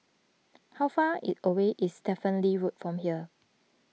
how far away is Stephen Lee Road from here